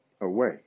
away